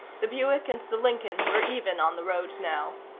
the buick and the lincoln were even on the road now.